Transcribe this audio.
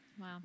Wow